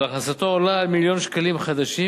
על הכנסתו העולה על מיליון שקלים חדשים.